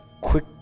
quick